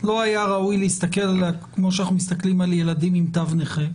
לא היה ראוי להסתכל עליה כמו שאנחנו מסתכלים על ילדים עם תו נכה.